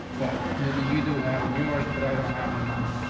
well, maybe you do have in yours, but i don't have in mind.